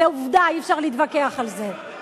זו עובדה, אי-אפשר להתווכח על זה.